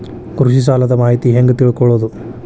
ಕೃಷಿ ಸಾಲದ ಮಾಹಿತಿ ಹೆಂಗ್ ತಿಳ್ಕೊಳ್ಳೋದು?